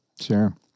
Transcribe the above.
sure